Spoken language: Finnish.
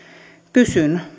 kysyn